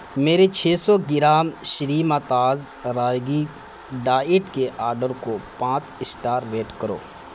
میری چھ سو گرام شریماتاز رائگی ڈائٹ کے آڈر کو پانچ اسٹار ریٹ کرو